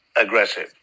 aggressive